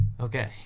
Okay